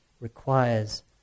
requires